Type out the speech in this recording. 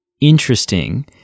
interesting